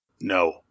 No